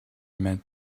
met